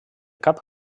cap